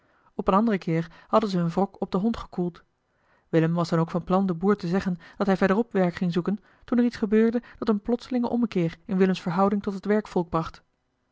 op een anderen keer hadden ze hun wrok op den hond gekoeld willem was dan ook van plan den boer te zeggen dat hij verderop werk ging zoeken toen er iets gebeurde dat een plotselingen ommekeer in willems verhouding tot het werkvolk bracht